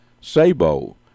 Sabo